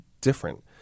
different